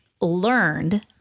Learned